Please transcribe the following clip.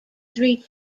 three